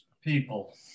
people